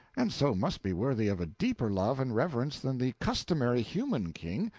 and so must be worthy of a deeper love and reverence than the customary human king,